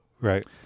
Right